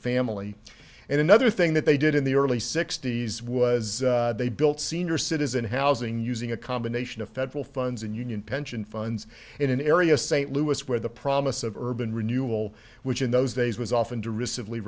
family and another thing that they did in the early sixty's was they built senior citizen housing using a combination of federal funds and union pension funds in an area st louis where the promise of urban renewal which in those days was of